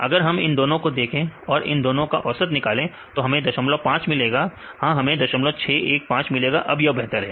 अगर हम इन दोनों को देखें और इन दोनों का औसत निकाले तो हमें 05 मिलेगा हां हमें 0615 मिलेगा अब यह बेहतर है